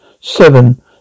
Seven